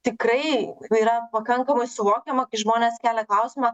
tikrai tai yra pakankamai suvokiama kai žmonės kelia klausimą